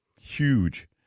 Huge